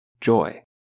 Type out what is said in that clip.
joy